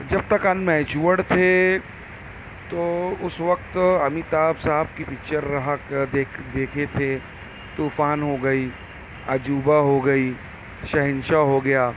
جب تک ان میچوئرڈ تھے تو اس وقت امیتابھ صاحب کی پکچر دے دیکھے تھے طوفان ہوگئی عجوبہ ہوگئی شہنشاہ ہوگیا